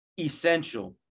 essential